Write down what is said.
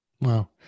Wow